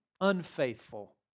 unfaithful